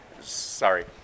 Sorry